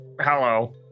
Hello